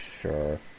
Sure